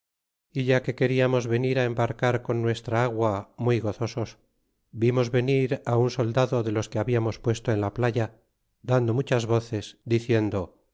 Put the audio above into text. y ya que queriamos venir embarcar con nuestra agua muy gozosos vimos venir al un soldado de los que hablamos puesto en la playa dando muchas voces diciendo